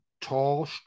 tall